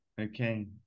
Okay